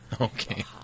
Okay